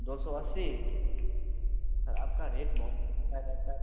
दो सौ अस्सी सर आपका रेट बहुत रहता है